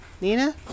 Nina